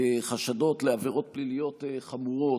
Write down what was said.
כחשדות לעבירות פליליות חמורות,